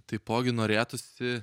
taipogi norėtųsi